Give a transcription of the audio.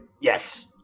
Yes